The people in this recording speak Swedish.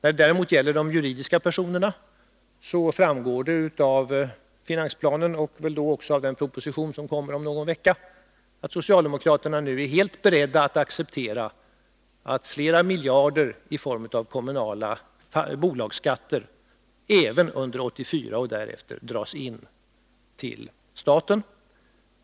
Beträffande juridiska personer framgår det av finansplanen och väl också av den proposition som kommer om någon vecka att socialdemokraterna nu är helt beredda att acceptera att flera miljarder kronor i form av kommunala bolagsskatter även under 1984 och därefter drasin till staten.